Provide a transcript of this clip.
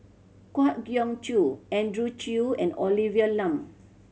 Kwa Geok Choo Andrew Chew and Olivia Lum